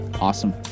Awesome